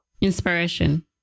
Inspiration